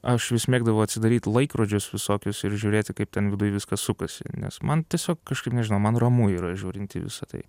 aš vis mėgdavau atsidaryt laikrodžius visokius ir žiūrėti kaip ten viduj viskas sukasi nes man tiesiog kažkaip nežinau man ramu yra žiūrint į visą tai